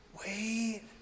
wait